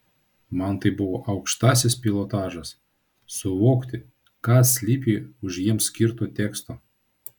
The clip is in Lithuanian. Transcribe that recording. man tai buvo aukštasis pilotažas suvokti kas slypi už jiems skirto teksto